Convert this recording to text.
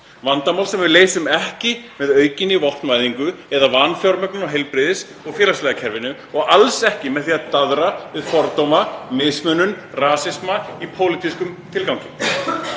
vandamál sem við leysum ekki með aukinni vopnvæðingu eða vanfjármögnun á heilbrigðiskerfinu og félagslega kerfinu og alls ekki með því að daðra við fordóma, mismunun og rasisma í pólitískum tilgangi.